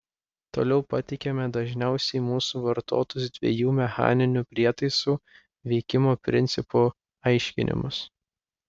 toliau pateikiame dažniausiai mūsų vartotus dviejų mechaninių prietaisų veikimo principų aiškinimus